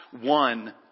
one